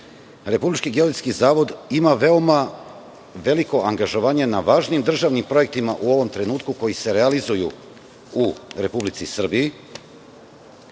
sate. Republički geodetski zavod ima veoma veliko angažovanje na važnim državnim projektima u ovom trenutku, koji se realizuju u Republici Srbiji.